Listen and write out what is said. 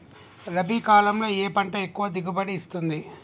రబీ కాలంలో ఏ పంట ఎక్కువ దిగుబడి ఇస్తుంది?